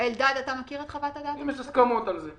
אם יש הסכמות על זה.